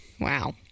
Wow